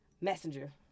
Messenger